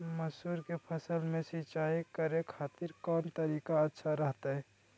मसूर के फसल में सिंचाई करे खातिर कौन तरीका अच्छा रहतय?